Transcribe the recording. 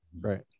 right